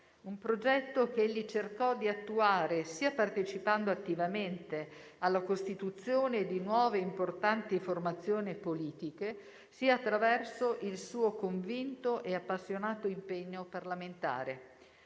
un progetto che egli cercò di attuare sia partecipando attivamente alla costituzione di nuove importanti formazioni politiche sia attraverso il suo convinto e appassionato impegno parlamentare;